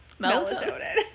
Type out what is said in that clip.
Melatonin